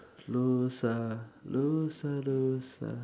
no star no star don't